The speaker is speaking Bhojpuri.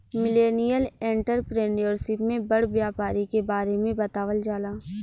मिलेनियल एंटरप्रेन्योरशिप में बड़ व्यापारी के बारे में बतावल जाला